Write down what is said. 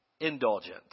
indulgent